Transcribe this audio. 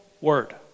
word